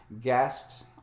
guest